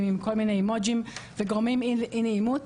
עם כל מיני אימוג'ים וגורמים לאי נעימות.